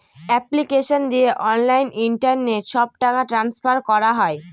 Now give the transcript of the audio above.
application দিয়ে online internet সব টাকা ট্রান্সফার করা হয়